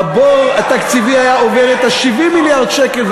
הבור התקציבי היה עובר את 70 מיליארד השקל.